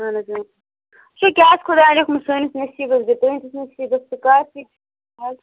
اَہَن حظ وچھُو کیٛاہ آسہِ خۄدایَن لیوٚکھمُت سٲنِس نصیٖبَس بیٚیہِ تُہٕنٛدِس نصیٖبَس